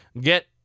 get